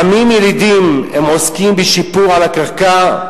עמים ילידיים עוסקים בשיפור של הקרקע,